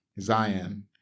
Zion